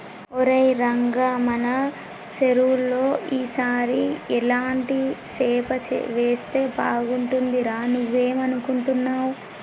ఒరై రంగ మన సెరువులో ఈ సారి ఎలాంటి సేప వేస్తే బాగుంటుందిరా నువ్వేం అనుకుంటున్నావ్